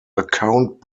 account